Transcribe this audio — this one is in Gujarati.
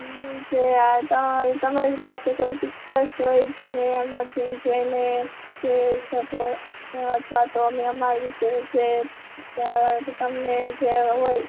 હા એ જે તમારી તમારી પાસે કોી પિક્ચર્સ હોય તમે એમાંથી જોઈને કહી શકો અથવા અમે અમારી રીતે જે તમને જે હોય